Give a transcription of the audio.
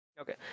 Okay